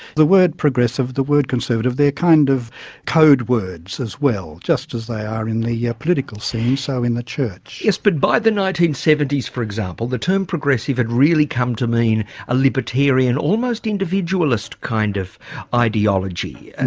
the word progressive, the word conservative, they're kind of code words as well just as they are in the yeah political scene, so in the church. yes, but by the nineteen seventy s for example, the term progressive had really come to mean a libertarian, almost individualist kind of ideology. and